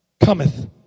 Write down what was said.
cometh